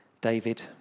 David